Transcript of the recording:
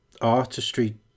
artistry